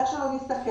איך שלא נסתכל,